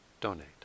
donate